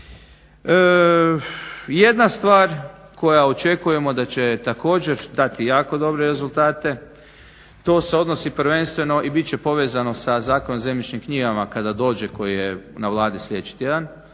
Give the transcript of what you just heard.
Jedna stvar koja očekujemo da će također dati jako dobre rezultate to se odnosi prvenstveno i bit će povezano sa Zakonom o zemljišnim knjigama kada dođe koji je na Vladi sljedeći tjedan.